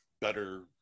better